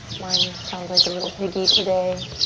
mine sounds like a little piggy today.